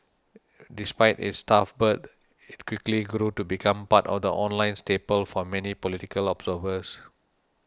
despite its tough birth it quickly grew to become part of the online staple for many political observers